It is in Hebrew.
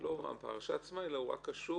הפרשה עצמה היא --- קשור